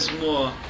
more